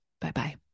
Bye-bye